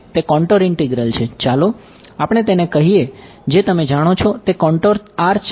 તે contour R છે